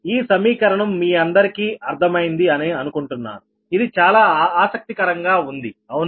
ఈ సమీకరణం మీ అందరికీ అర్థమైంది అని అనుకుంటున్నాను ఇది చాలా ఆసక్తికరంగా ఉంది అవునా